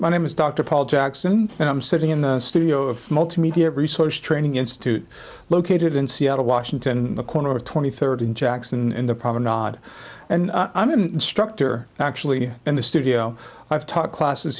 my name is dr paul jackson and i'm sitting in the studio of multimedia resource training institute located in seattle washington the corner of twenty third in jackson and the problem not and i'm an instructor actually in the studio i've taught classes